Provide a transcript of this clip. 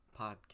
podcast